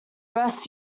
rest